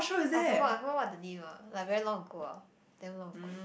I forgot I forgot what the name ah like very long ago ah damn long ago